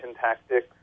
tactics